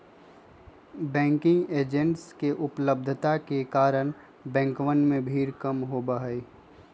banking agents के उपलब्धता के कारण बैंकवन में भीड़ कम होबा हई